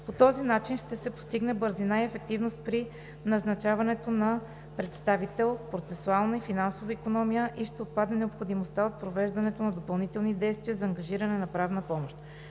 По този начин ще се постигне бързина и ефективност при назначаването на представител, процесуална и финансова икономия и ще отпадне необходимостта от провеждането на допълнителни дейности за ангажиране на правна помощ.